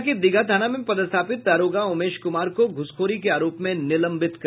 पटना के दीघा थाना में पदस्थापित दारोगा उमेश कुमार को घूसखोरी के आरोप में निलंबित कर दिया गया है